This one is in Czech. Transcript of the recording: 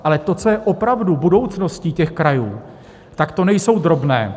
Ale to, co je opravdu budoucností těch krajů, tak to nejsou drobné.